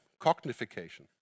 Cognification